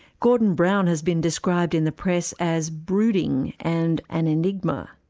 gordon brown has been described in the press as brooding, and an enigma.